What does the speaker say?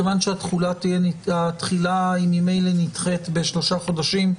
מכיוון שהתחילה ממילא נדחית בשלושה חודשים,